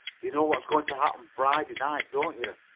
you know what's going to happen friday night, don't you?